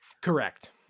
Correct